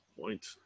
point